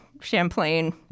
Champlain